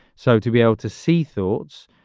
so to be able to see thoughts,